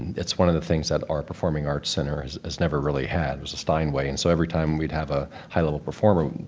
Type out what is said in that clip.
it's one of the things that our performing arts center has never really had was a steinway, and so every time we would have a high-level performer,